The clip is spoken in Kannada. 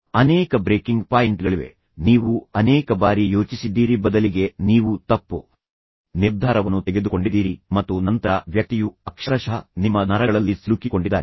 ಅನೇಕ ಬ್ರೇಕಿಂಗ್ ಪಾಯಿಂಟ್ಗಳಿವೆ ನೀವು ಅನೇಕ ಬಾರಿ ಯೋಚಿಸಿದ್ದೀರಿ ಬದಲಿಗೆ ನೀವು ತಪ್ಪು ನಿರ್ಧಾರವನ್ನು ತೆಗೆದುಕೊಂಡಿದ್ದೀರಿ ಮತ್ತು ನಂತರ ವ್ಯಕ್ತಿಯು ಅಕ್ಷರಶಃ ನಿಮ್ಮ ನರಗಳಲ್ಲಿ ಸಿಲುಕಿಕೊಂಡಿದ್ದಾನೆ